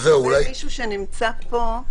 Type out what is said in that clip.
אבל מישהו שנמצא פה,